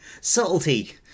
subtlety